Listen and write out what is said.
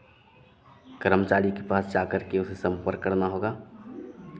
कर्मचारी के पास जा कर के उसे सम्पर्क करना होगा